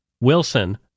Wilson